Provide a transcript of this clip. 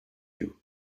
you